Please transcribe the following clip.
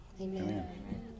Amen